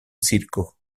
circo